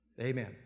Amen